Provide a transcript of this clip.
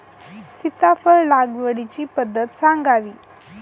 सीताफळ लागवडीची पद्धत सांगावी?